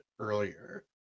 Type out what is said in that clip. earlier